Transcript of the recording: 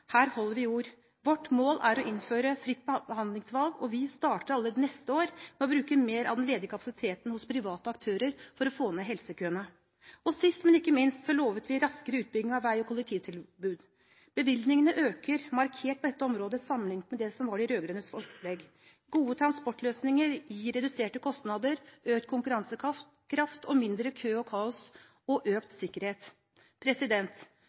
Her holder vi ord. Vårt mål er å innføre fritt behandlingsvalg, og vi starter allerede neste år med å bruke mer av den ledige kapasiteten hos private aktører for å få ned helsekøene. Og sist, men ikke minst, lovte vi raskere utbygging av vei- og kollektivtilbud. Bevilgningene øker markert på dette området, sammenlignet med det som var de rød-grønnes opplegg. Gode transportløsninger gir reduserte kostnader, økt konkurransekraft, mindre kø og kaos og